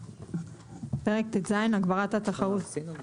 פרק ט"ז הגברת התחרות -- עשינו כבר,